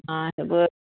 অঁ হ'ব